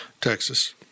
Texas